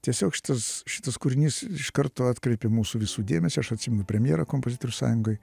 tiesiog šitas šitas kūrinys iš karto atkreipė mūsų visų dėmesį aš atsimenu premjerą kompozitorių sąjungoj